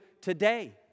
today